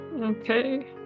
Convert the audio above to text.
Okay